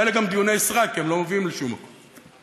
ואלה גם דיוני סרק, כי הם לא מביאים לשום מקום.